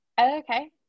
okay